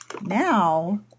Now